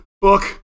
book